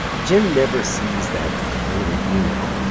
jim never sees that angry email.